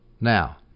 Now